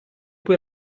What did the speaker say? poi